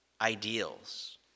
ideals